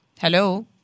Hello